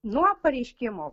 nuo pareiškimo